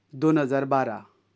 दोन हजार बारा